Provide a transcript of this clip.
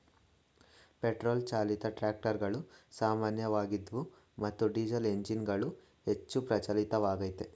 petrol ಚಾಲಿತ ಟ್ರಾಕ್ಟರುಗಳು ಸಾಮಾನ್ಯವಾಗಿದ್ವು ಮತ್ತು ಡೀಸೆಲ್ಎಂಜಿನ್ಗಳು ಹೆಚ್ಚು ಪ್ರಚಲಿತವಾಗಯ್ತೆ